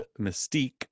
Mystique